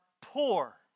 poor